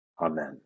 Amen